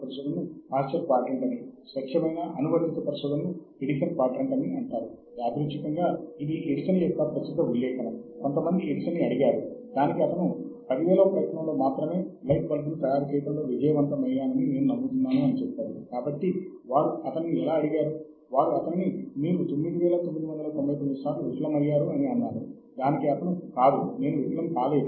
మరియు కొన్ని సందర్భాలలో మీరు పనిచేస్తున్న పరిశోధనా అంశంపై నేపథ్యాన్ని కలిగి ఉండటం జ్ఞానం కలిగి ఉండటం కూడా ముఖ్యమే